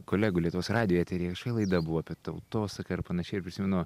kolegų lietuvos radijo etery laida buvo apie tautosaką ar panašiai ir prisimenu